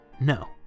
No